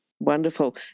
Wonderful